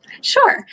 sure